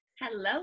Hello